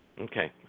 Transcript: Okay